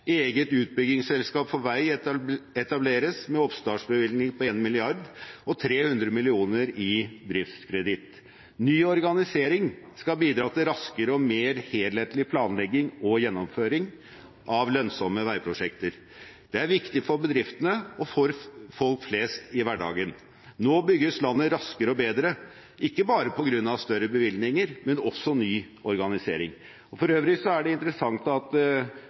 Eget utbyggingsselskap for vei etableres med oppstartsbevilgning på 1 mrd. kr og 300 mill. kr i driftskreditt. Ny organisering skal bidra til raskere og mer helhetlig planlegging og gjennomføring av lønnsomme veiprosjekter. Det er viktig for bedriftene og for folk flest i hverdagen. Nå bygges landet raskere og bedre, ikke bare på grunn av større bevilgninger, men også på grunn av ny organisering. For øvrig er det interessant at